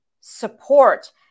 support